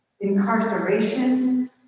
incarceration